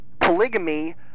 polygamy